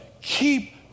Keep